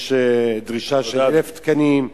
יש דרישה של 1,000 תקנים,